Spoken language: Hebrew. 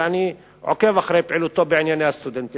ואני עוקב אחרי פעילותו בענייני הסטודנטים